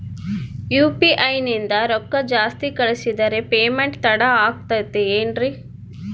UPI ನಿಂದ ರೊಕ್ಕ ಜಾಸ್ತಿ ಕಳಿಸಿದರೆ ಪೇಮೆಂಟ್ ತಡ ಆಗುತ್ತದೆ ಎನ್ರಿ?